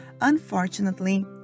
Unfortunately